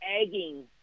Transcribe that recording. egging